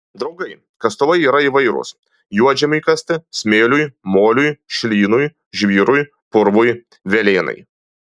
draugai kastuvai yra įvairūs juodžemiui kasti smėliui moliui šlynui žvyrui purvui velėnai